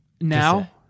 Now